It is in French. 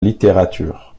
littérature